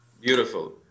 beautiful